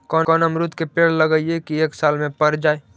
कोन अमरुद के पेड़ लगइयै कि एक साल में पर जाएं?